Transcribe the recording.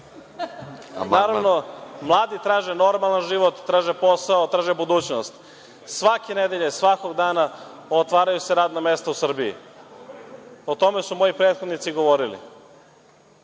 Naravno, mladi traže normalan život, traže posao, traže budućnost. Svake nedelje, svakog dana otvaraju se radna mesta u Srbiji. O tome su moji prethodnici govorili.